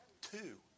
Two